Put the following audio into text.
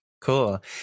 Cool